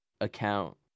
account